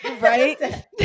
right